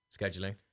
scheduling